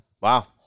Wow